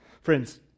Friends